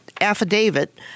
affidavit